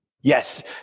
Yes